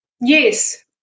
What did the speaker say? Yes